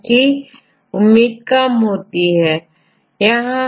अतः जब sequence alignment बनाए जाते हैं तो यह हाई पेनाल्टी से प्रभावित होते हैं